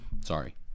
Sorry